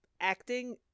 acting